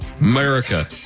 America